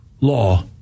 law